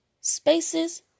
spaces